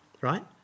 right